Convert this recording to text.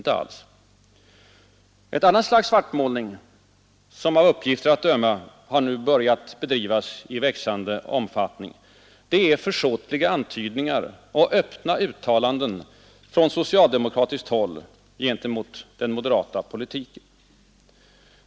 Ett annat slags svartmålning, som av uppgifter att döma börjat bedrivas i en växande omfattning, är försåtliga antydningar och öppna uttalanden från socialdemokratiskt håll gentemot den moderata politiken.